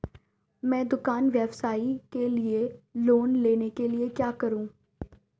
मैं दुकान व्यवसाय के लिए लोंन लेने के लिए क्या करूं?